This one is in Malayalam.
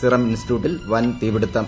സിറം ഇൻസ്റ്റിറ്റ്യൂട്ടിൽ പ്ൻ തീപിടുത്തം